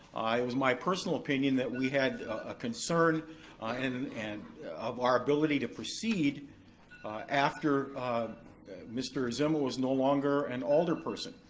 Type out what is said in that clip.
it was my personal opinion that we had a concern and and of our ability to proceed after mr. zima was no longer an alderperson.